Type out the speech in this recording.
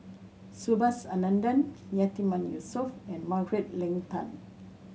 Subhas Anandan Yatiman Yusof and Margaret Leng Tan